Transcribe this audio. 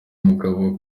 mugabo